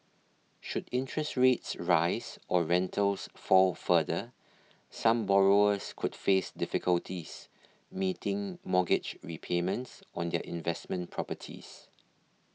should interest rates rise or rentals fall further some borrowers could face difficulties meeting mortgage repayments on their investment properties